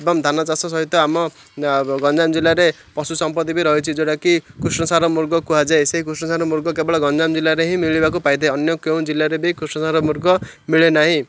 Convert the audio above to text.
ଏବଂ ଧାନ ଚାଷ ସହିତ ଆମ ଗଞ୍ଜାମ ଜିଲ୍ଲାରେ ପଶୁ ସମ୍ପତ୍ତି ବି ରହିଛି ଯେଉଁଟାକି କୃଷ୍ଣସାର ମୃଗ କୁହାଯାଏ ସେଇ କୃଷ୍ଣସାର ମୃଗ କେବଳ ଗଞ୍ଜାମ ଜିଲ୍ଲାରେ ହିଁ ମିଳିବାକୁ ପାଇଥାଏ ଅନ୍ୟ କେଉଁ ଜିଲ୍ଲାରେ ବି କୃଷ୍ଣସାର ମୃଗ ମିଳେ ନାହିଁ